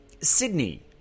Sydney